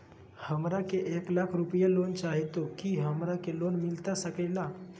हमरा के एक लाख रुपए लोन चाही तो की हमरा के लोन मिलता सकेला?